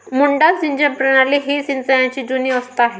मुड्डा सिंचन प्रणाली ही सिंचनाची जुनी व्यवस्था आहे